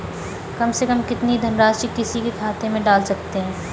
कम से कम कितनी धनराशि किसी के खाते में डाल सकते हैं?